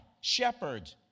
shepherd